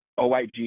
OIG